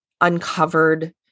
uncovered